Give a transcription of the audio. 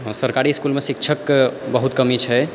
सरकारी इसकुलमे शिक्षकके बहुत कमी छै